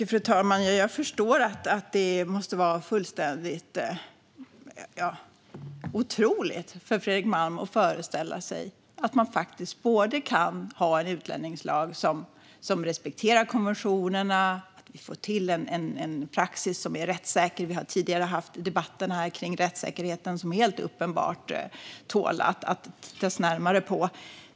Fru talman! Jag förstår att det måste vara fullständigt otroligt för Fredrik Malm att föreställa sig detta. Man kan ha en utlänningslag som respekterar konventionerna, så att vi får till en praxis som är rättssäker. Vi har tidigare debatterat rättssäkerheten, som helt uppenbart tål att tittas närmare på.